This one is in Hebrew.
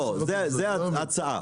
לא, זו ההצעה.